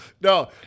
no